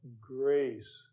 grace